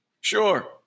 Sure